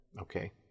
Okay